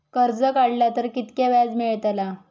कर्ज काडला तर कीतक्या व्याज मेळतला?